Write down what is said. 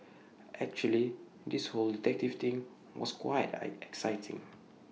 actually this whole detective thing was quite exciting